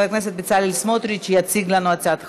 חבר הכנסת בצלאל סמוטריץ יציג לנו את הצעת החוק.